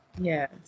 Yes